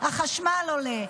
החשמל עולה,